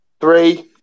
three